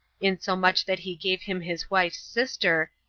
insomuch that he gave him his wife's sister,